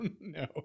No